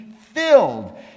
filled